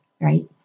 right